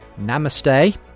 Namaste